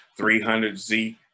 300Z